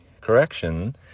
Correction